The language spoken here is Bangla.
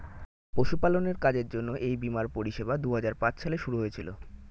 পশুপালনের কাজের জন্য এই বীমার পরিষেবা দুহাজার পাঁচ সালে শুরু হয়েছিল